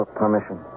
permission